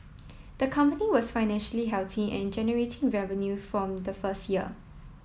the company was financially healthy and generating revenue from the first year